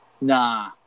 Nah